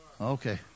Okay